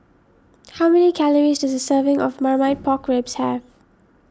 how many calories does a serving of Marmite Pork Ribs have